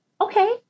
okay